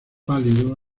pálido